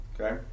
okay